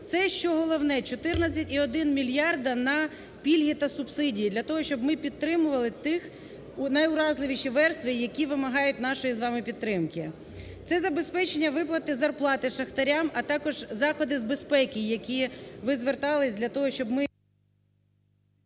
Це що головне. 14,1 мільярди – на пільги та субсидії для того, щоб ми підтримували тих… найуразливіші верстви, які вимагають нашої з вами підтримки: це забезпечення виплати зарплати шахтарям, а також заходи з безпеки, які… ви звертались для того, щоб ми…